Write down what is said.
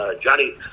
Johnny